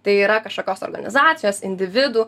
tai yra kažkokios organizacijos individų